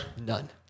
None